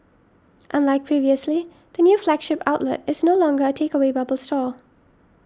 unlike previously the new flagship outlet is no longer a takeaway bubble store